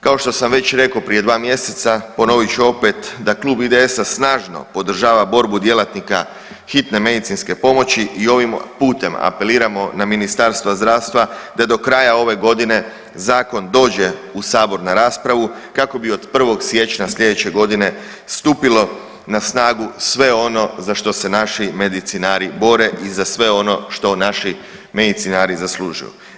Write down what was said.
Kao što sam već rekao prije dva mjeseca ponovit ću opet, da klub IDS-a snažno podržava borbu djelatnika Hitne medicinske pomoći i ovim putem apeliramo na Ministarstvo zdravstva da do kraja ove godine zakon dođe u sabor na raspravu kako bi od 1. siječnja sljedeće godine stupilo na snagu sve ono za što se naši medicinari bore i za sve ono što naši medicinari zaslužuju.